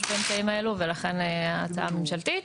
באמצעים האלה ולכן ההצעה היא הצעה ממשלתית.